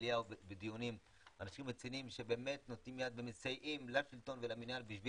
מהמליאה ובדיונים - אנשים רציניים שמסייעים לשלטון ולמינהל כדי